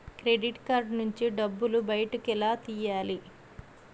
Credit card నుంచి డబ్బు బయటకు ఎలా తెయ్యలి?